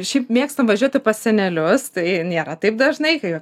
šiaip mėgstam važiuoti pas senelius tai nėra taip dažnai kai